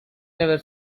never